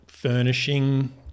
furnishing